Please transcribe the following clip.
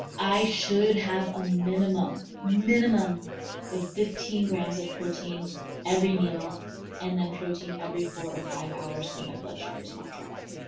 i should have a minimum minimum of fifteen grams of protein every meal and then protein every four or five hours so my blood sugar is not dropping.